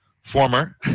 former